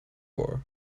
war